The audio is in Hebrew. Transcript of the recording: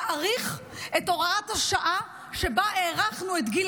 להאריך את הוראת השעה שבה הארכנו את גיל